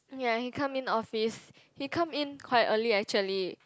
ya he come in office he come in quite early actually